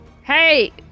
Hey